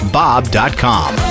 bob.com